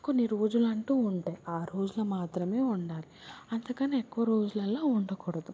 కొన్ని రోజులు అంటూ ఉంటాయి ఆ రోజులు మాత్రమే వండాలి అంతకన్నా ఎక్కువ రోజులలో వండకూడదు